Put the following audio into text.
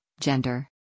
Gender